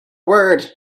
word